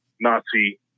Nazi